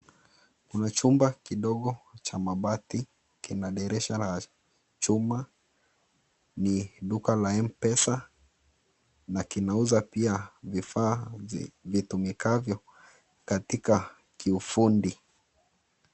Kuna chumba kidogo cha mabati, kina dirisha la chuma, ni duka la Mpesa na kinauza pia, vifaa vitumikavyo katika kiufundi.